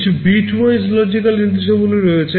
কিছু bitwise logical নির্দেশাবলী রয়েছে